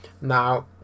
Now